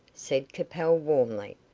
said capel, warmly.